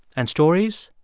and stories